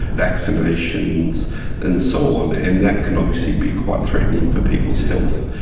vaccinations and so on, and that can obviously be quite threatening for people's health.